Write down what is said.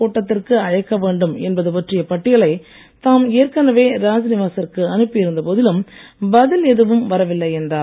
கூட்டத்திற்கு அழைக்க வேண்டும் என்பது பற்றிய பட்டியலை தாம் ஏற்கனவே ராஜ்நிவாசிற்கு அனுப்பி இருந்த போதிலும் பதில் எதுவும் வரவில்லை என்றார்